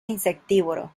insectívoro